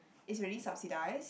it's already subsidised